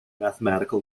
mathematical